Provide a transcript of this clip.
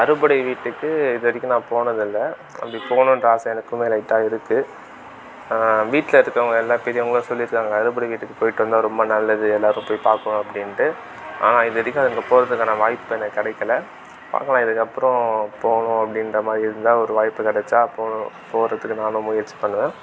அறுபடை வீட்டுக்கு இது வரைக்கும் நான் போனது இல்லை அப்படி போகணுன்ற ஆசை எனக்குமே லைட்டாக இருக்குது வீட்டில் இருக்கறவங்க எல்லா பெரியவங்க சொல்லியிருக்காங்க அறுபடை வீட்டுக்கு போயிட்டு வந்தால் ரொம்ப நல்லது எல்லோரும் போய் பார்க்கணும் அப்படின்ட்டு ஆனால் இதுவரைக்கும் அங்கே போறதுக்கான வாய்ப்பு எனக் கிடைக்கல பார்க்கலாம் இதுக்கப்புறம் போகணும் அப்படின்ற மாதிரி இருந்தால் ஒரு வாய்ப்பு கிடைச்சா போகணும் போறதுக்கான முயற்சி பண்ணுவேன்